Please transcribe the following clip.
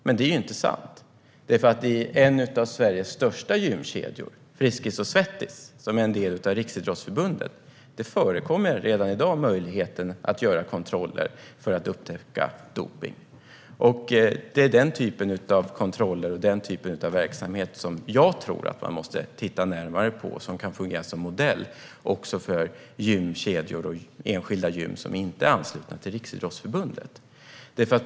Men det är ju inte sant. I en av Sveriges största gymkedjor, Friskis och Svettis, som är en del av Riksidrottsförbundet, finns det redan i dag möjlighet att göra kontroller för att upptäcka dopning. Det är den typen av kontroller och den typen av verksamhet som jag tror att man måste titta närmare på och som kan fungera som modell för gymkedjor och enskilda gym som inte är anslutna till Riksidrottsförbundet.